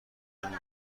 لطفا